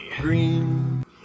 Green